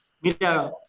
Mira